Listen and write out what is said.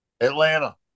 Atlanta